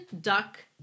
duck